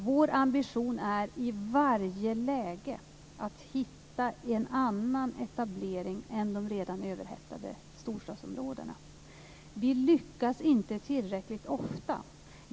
Vår ambition är i varje läge att hitta en annan etablering än de redan överhettade storstadsområdena. Vi lyckas inte tillräckligt ofta.